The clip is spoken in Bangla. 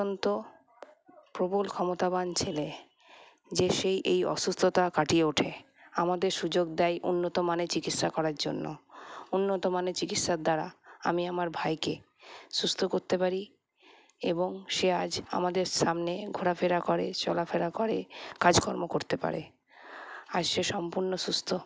অত্যন্ত প্রবল ক্ষমতাবান ছেলে যে সে এই অসুস্থতা কাটিয়ে ওঠে আমাদের সুযোগ দেয় উন্নত মানের চিকিৎসা করার জন্য উন্নত মানের চিকিৎসার দ্বারা আমি আমার ভাইকে সুস্থ করতে পারি এবং সে আজ আমাদের সামনে ঘোরাফেরা করে চলাফেরা করে কাজকর্ম করতে পারে আর সে সম্পূর্ণ সুস্থ